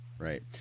Right